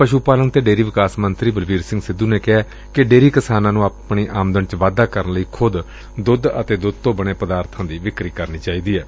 ਪਸੁ ਪਾਲਣ ਤੇ ਡੇਅਰੀ ਵਿਕਾਸ ਮੰਤਰੀ ਬਲਬੀਰ ਸਿੰਘ ਸਿੱਧੁ ਨੇ ਕਿਹਾ ਕਿ ਡੇਅਰੀ ਕਿਸਾਨਾਂ ਨੂੰ ਆਪਣੀ ਆੱਮਦਨ ਚ ਵਾਧਾ ਕਰਨ ਲਈ ਖੁਦ ਦੁੱਧ ਅਤੇ ਦੁੱਧ ਤੋਂ ਬਣੇ ਪਦਾਰਬਾਂ ਦੀ ਵਿਕਰੀ ਕਰਨੀ ਚਾਹੀਦੀ ਏ